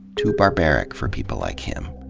too barbaric for people like him.